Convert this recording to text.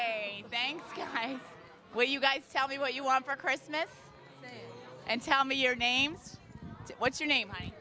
a bank where you guys tell me what you want for christmas and tell me your names what's your name i